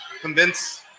convince